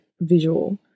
visual